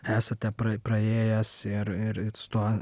esate praėjęs ir ir su tuo